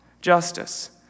justice